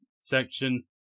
section